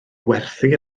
werthu